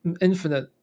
infinite